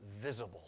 visible